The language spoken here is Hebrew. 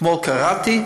אתמול קראתי,